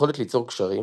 יכולת ליצור קשרים,